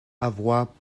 avoir